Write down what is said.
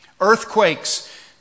Earthquakes